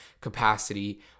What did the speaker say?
capacity